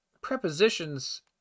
prepositions